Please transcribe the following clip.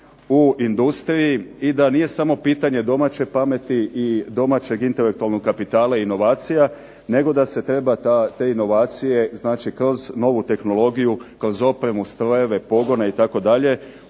u industriji i da nije samo pitanje domaće pameti i domaćeg intelektualnog kapitala i inovacija nego da se treba te inovacije znači kroz novu tehnologiju, kroz opremu, strojeve, pogone itd.,